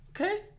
Okay